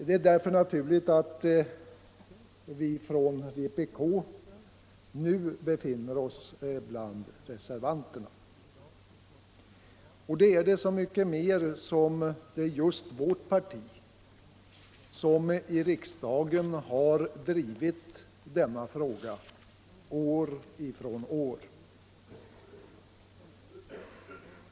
Det är därför naturligt att vi från vpk nu befinner oss bland reservanterna. Det är det så mycket mer som just vårt parti i riksdagen drivit denna fråga år från år.